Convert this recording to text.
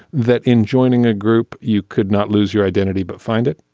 that in joining a group you could not lose your identity but find it.